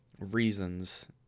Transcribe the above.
reasons